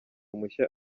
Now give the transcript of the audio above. mushya